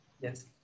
Yes